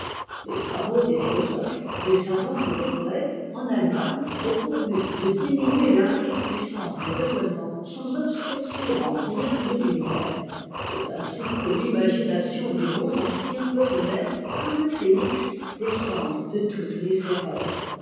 les travaux des philosophes des savants et des poëtes en allemagne ont pour but de diminuer l'aride puissance du raisonnement sans obscurcir en rien les lumières c'est ainsi que l'imagination du monde ancien peut renaître comme le phénix des cendres de toutes les erreurs